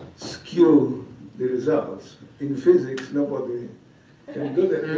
skew the results. in physics, nobody can do